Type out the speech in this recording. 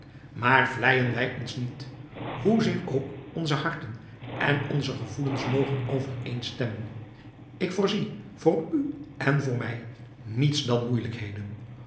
maar vleijen wij ons niet hoezeer ook onze harten en onze gevoelens mogen overeenstemmen ik voorzie voor u en voor mij niets dan moeijelijkheden